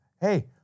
Hey